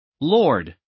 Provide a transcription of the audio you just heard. Lord